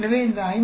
எனவே இந்த 50